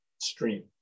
stream